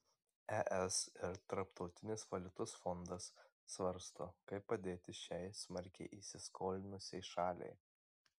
es ir tarptautinis valiutos fondas svarsto kaip padėti šiai smarkiai įsiskolinusiai šaliai